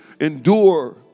endure